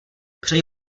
přeji